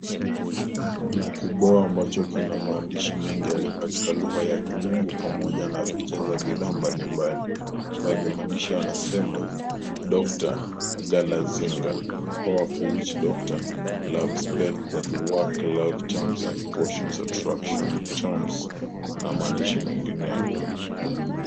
Kuna kibao ambacho kina maandishi mengi yaliyo katika lugha ya kimombo pamoja na picha za bidhaa mbalimbali. Baadhi ya maandishi yanasema, Dr Galazinga, powerful witch doctor, love spells that work, love charms and potions attraction charms na maandishi mengineyo.